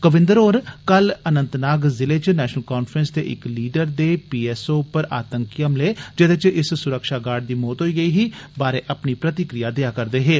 कविन्द्र होर कल अनन्तनाग जिले च नैषनल कांफ्रैंस दे इक लीडर दे पी एस ओ उप्पर आतंकी हमले जेदे च इस सुरक्षा गार्ड दी मौत होई गेई ही बारे अपनी प्रतिक्रिया देआ रदे हे